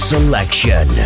Selection